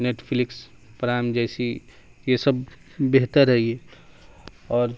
net flicks Prime جیسی یہ سب بہتر ہے یہ اور